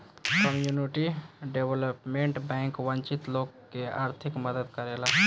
community development bank वंचित लोग के आर्थिक मदद करेला